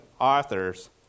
authors